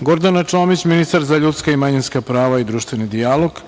Gordana Čomić, ministar za ljudska i manjinska prava i društveni dijalog,